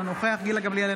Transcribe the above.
אינו נוכח גילה גמליאל,